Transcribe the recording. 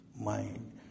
mind